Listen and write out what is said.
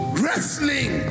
wrestling